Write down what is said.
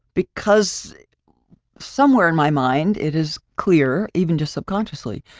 because somewhere in my mind, it is clear even just subconsciously,